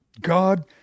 God